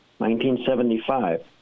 1975